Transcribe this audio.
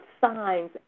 signs